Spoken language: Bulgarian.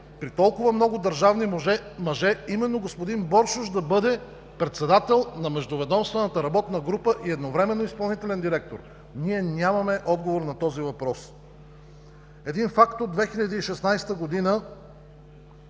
толкова много държавни мъже именно господин Боршош да бъде председател на Междуведомствената работна група и едновременно изпълнителен директор? Ние нямаме отговор на този въпрос. Един факт от 2016 г.,